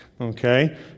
okay